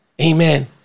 Amen